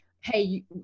hey